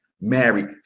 married